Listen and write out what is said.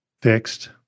fixed